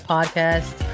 Podcast